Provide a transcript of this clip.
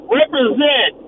represent